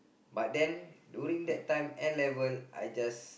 but then during that time N-level I just